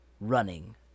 running